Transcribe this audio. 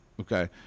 Okay